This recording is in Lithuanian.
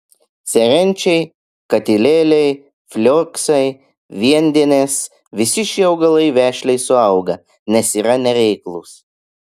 serenčiai katilėliai flioksai viendienės visi šie augalai vešliai suauga nes yra nereiklūs